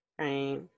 Right